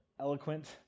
eloquent